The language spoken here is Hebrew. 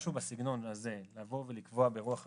מדובר במשהו בסגנון הזה: לבוא ולקבוע ברוח החוק,